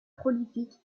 prolifique